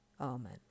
Amen